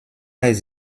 les